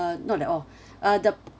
not at all uh the